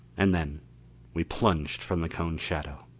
and then we plunged from the cone shadow.